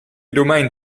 domein